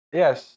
yes